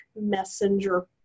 messenger